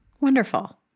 wonderful